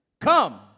Come